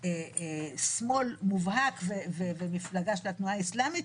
שמאל מובהק ומפלגה של התנועה האסלאמית,